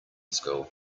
school